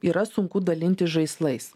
yra sunku dalintis žaislais